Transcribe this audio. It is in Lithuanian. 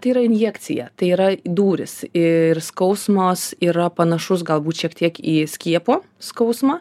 tai yra injekcija tai yra dūris ir skausmas yra panašus galbūt šiek tiek į skiepo skausmą